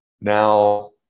Now